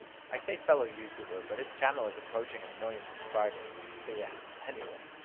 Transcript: i say fellow youtuber, but his channel is approaching a million subscribers, so yeah, anyway.